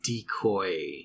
decoy